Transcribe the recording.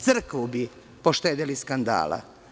Crkvu bi poštedeli skandala.